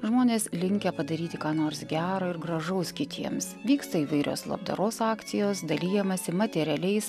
žmonės linkę padaryti ką nors gero ir gražaus kitiems vyksta įvairios labdaros akcijos dalijamasi materialiais